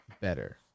better